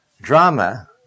drama